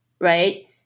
right